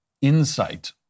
insight